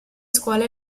scuole